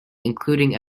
including